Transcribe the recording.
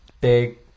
big